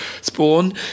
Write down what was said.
spawn